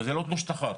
זה לא תלוש שכר,